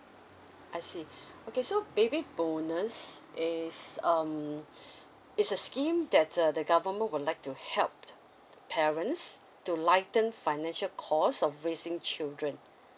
I see okay so baby bonus is um it's a scheme that uh the government will like to help parents to lighten financial cost of raising children